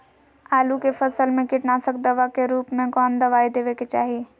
आलू के फसल में कीटनाशक दवा के रूप में कौन दवाई देवे के चाहि?